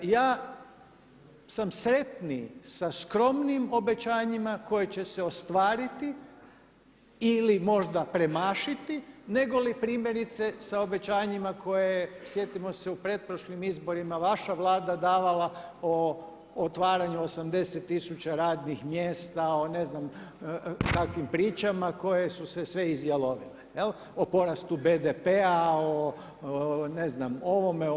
Ja sam sretniji sa skromnim obećanjima koja će se ostvariti ili možda premašiti, negoli primjerice sa obećanjima koje sjetimo se u pretprošlim izborima vaša Vlada davala o otvaranju 80000 radnih mjesta, o ne znam kakvim pričama koje su se sve izjalovile jel' o porastu BDP-a, o ne znam ovome, onome.